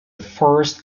first